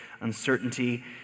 uncertainty